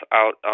out